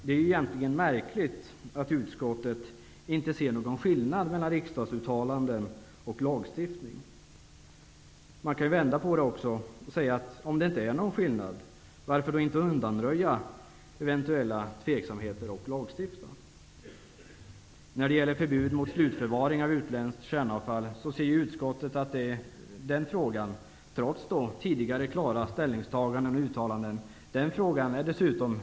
Det är märkligt att utskottet inte ser någon skillnad mellan riksdagsuttalanden och lagstiftning. Man kan ju också vända på saken och säga: Om det inte är någon skillnad, varför då inte undanröja eventuella tveksamheter genom att lagstifta? När det gäller förbud mot slutförvaring av utländskt kärnavfall finner utskottet att den frågan, trots tidigare klara ställningstaganden och uttalanden, är värd en lagstiftning.